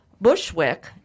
Bushwick